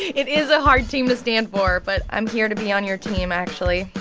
it is a hard team to stand for. but i'm here to be on your team, actually.